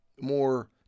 more